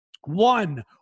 one